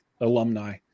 alumni